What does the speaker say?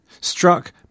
struck